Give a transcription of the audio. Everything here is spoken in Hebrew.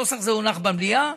נוסח זה הונח במליאה,